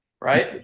right